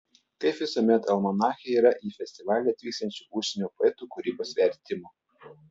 kaip visuomet almanache yra į festivalį atvyksiančių užsienio poetų kūrybos vertimų